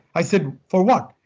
i said, for what?